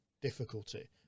difficulty